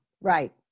right